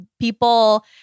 people